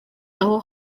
aho